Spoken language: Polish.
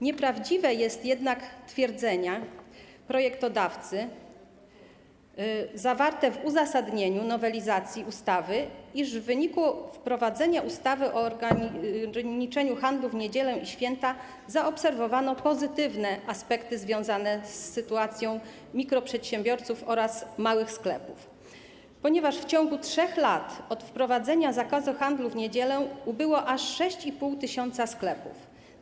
Nieprawdziwe jest jednak twierdzenie projektodawcy zawarte w uzasadnieniu nowelizacji ustawy, iż w wyniku wprowadzenia ustawy o ograniczeniu handlu w niedziele i święta zaobserwowano pozytywne aspekty związane z sytuacją mikroprzedsiębiorców oraz małych sklepów, ponieważ w ciągu 3 lat od wprowadzenia zakazu handlu w niedziele ubyło aż 6,5 tys. sklepów.